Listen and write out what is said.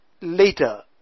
later